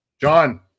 john